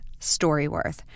StoryWorth